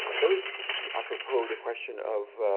those i propose the question of